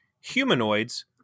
humanoids